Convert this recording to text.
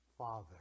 Father